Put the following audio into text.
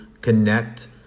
connect